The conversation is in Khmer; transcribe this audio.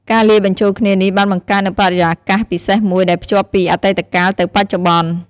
ការលាយបញ្ចូលគ្នានេះបានបង្កើតនូវបរិយាកាសពិសេសមួយ ដែលភ្ជាប់ពីអតីតកាលទៅបច្ចុប្បន្ន។